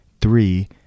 three